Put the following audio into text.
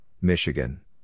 Michigan